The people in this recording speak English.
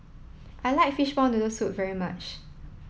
I like fishball noodle soup very much